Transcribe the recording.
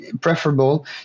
preferable